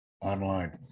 online